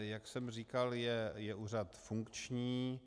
Jak jsem říkal, je úřad funkční.